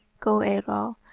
go, eidoel,